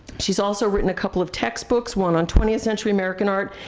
she's also written a couple of textbooks, one on twentieth century american art,